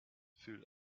füll